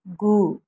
गु